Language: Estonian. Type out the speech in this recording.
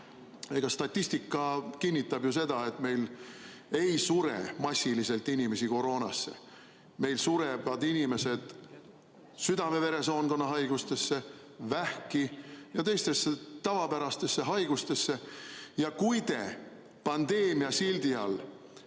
Statistika kinnitab ju seda, et meil ei sure massiliselt inimesi koroonasse. Meil surevad inimesed südame-veresoonkonna haigustesse, vähki ja teistesse tavapärastesse haigustesse. Kui te pandeemia sildi all